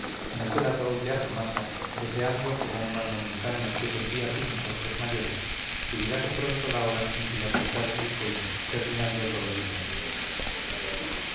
en aquel ataúd de argamasa deseando como un mal momentáneo que pondría fin a otros mayores que llegase pronto la hora en que le apretaran el cuello terminando todo de una vez